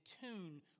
tune